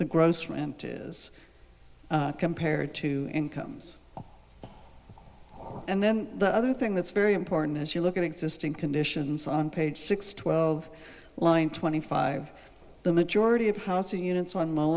the gross for empty is compared to incomes and then the other thing that's very important as you look at existing conditions on page six twelve line twenty five the majority of housing units on